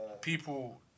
people